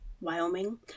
wyoming